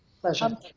Pleasure